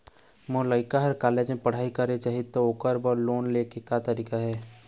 मोर लइका हर कॉलेज म पढ़ई करे जाही, त ओकर बर लोन ले के का तरीका हे?